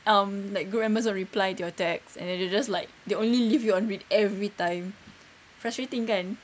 um like group members don't reply to your texts and they just like they only leave you on read everytime frustrating kan